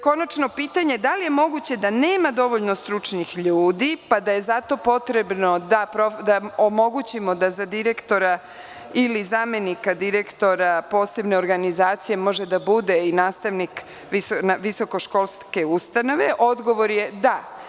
Konačno pitanje – da li je moguće da nema dovoljno stručnih ljudi, pa da je zato potrebno da omogućimo da za direktora ili zamenika direktora posebne organizacije može da bude i nastavnik visokoškolske ustanove, odgovor je da.